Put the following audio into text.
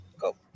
Go